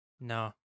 no